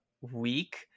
week